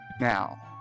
Now